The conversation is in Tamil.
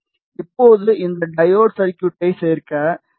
இப்போது இந்த டையோடு சர்குய்ட்டை சேர்க்க டி